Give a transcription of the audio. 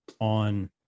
on